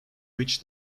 which